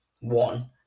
one